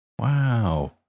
Wow